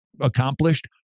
accomplished